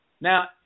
Now